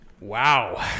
Wow